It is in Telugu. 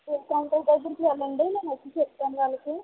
బిల్ కౌంటర్ దగ్గరకి వెళ్ళండి నేను వచ్చి చెప్తాను వాళ్ళకి